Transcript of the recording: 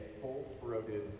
full-throated